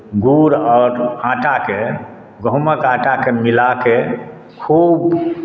गुड़ आओर आटाकेँ गहुँमक आटाकेँ मिला कऽ खूब